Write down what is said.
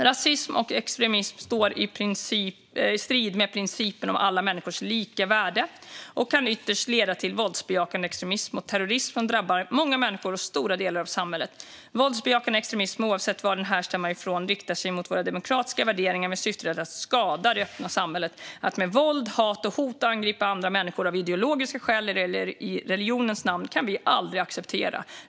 Rasism och extremism står i strid med principen om alla människors lika värde och kan ytterst leda till våldsbejakande extremism och terrorism som drabbar många människor och stora delar av samhället. Våldsbejakande extremism, oavsett var den härstammar ifrån, riktar sig mot våra demokratiska värderingar med syftet att skada det öppna samhället. Att med våld, hat och hot angripa andra människor av ideologiska skäl eller i religionens namn kan vi aldrig acceptera.